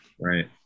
Right